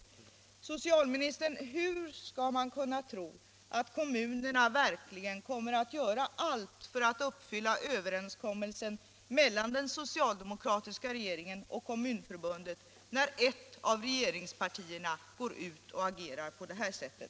Herr socialminister, hur skall man kunna tro att kommunerna verkligen kommer att göra allt för att uppfylla överenskommelsen mellan den socialdemokratiska regeringen och Kommunförbundet när ett av regeringspartierna går ut och agerar på det här sättet?